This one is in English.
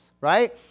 right